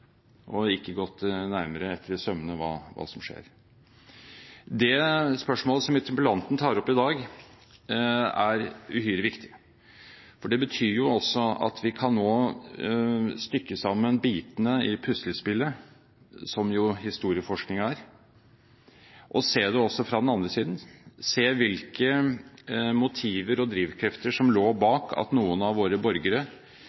ikke å gå noen nærmere etter i sømmene for å se hva som skjer. Det spørsmålet som interpellanten tar opp i dag, er uhyre viktig, fordi det betyr at vi nå kan sette sammen bitene i det puslespillet som historieforskning jo er, og se det også fra den andre siden og se hvilke motiver og drivkrefter som lå bak at noen av våre borgere